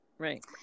Right